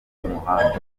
y’umuhanda